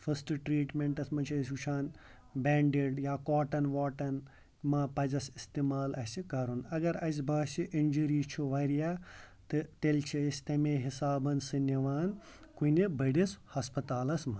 first ٹرٛیٖٹمٮ۪نٛٹَس منٛز چھِ أسۍ وٕچھان بٮ۪نٛڈیڈ یا کاٹَن واٹَن ما پَزٮ۪س استعمال اَسہِ کَرُن اگر اَسہِ باسہِ اِنجری چھِ واریاہ تہٕ تیٚلہِ چھِ أسۍ تَمے حِساب سُہ نِوان کُنہِ بٔڑِس ہَسپَتالَس منٛز